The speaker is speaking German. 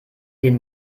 den